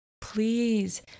please